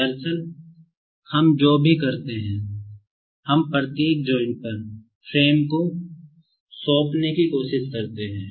दरअसल हम जो कुछ भी करते हैं हम प्रत्येक जॉइंट् पर फ्रेम को सौंपना करने की कोशिश करते हैं